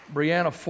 Brianna